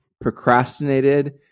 procrastinated